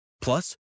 Plus